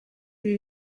ibi